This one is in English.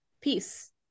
peace